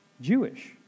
Jewish